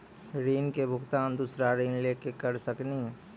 ऋण के भुगतान दूसरा ऋण लेके करऽ सकनी?